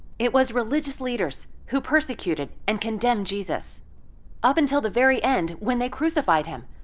it was religious leaders who persecuted and condemned jesus up until the very end when they crucified him.